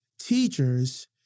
teachers